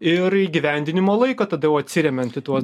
ir įgyvendinimo laiko tada jau atsiremiant į tuos